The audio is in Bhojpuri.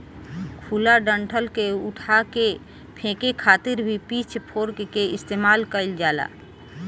खुला डंठल के उठा के फेके खातिर भी पिच फोर्क के इस्तेमाल कईल जाला